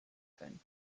fin